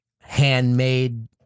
handmade